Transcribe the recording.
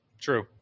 True